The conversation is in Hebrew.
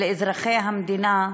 לאזרחי המדינה,